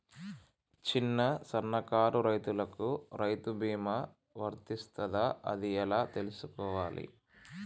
చిన్న సన్నకారు రైతులకు రైతు బీమా వర్తిస్తదా అది ఎలా తెలుసుకోవాలి?